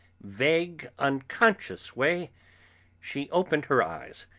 vague, unconscious way she opened her eyes,